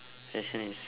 fashion is